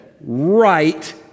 right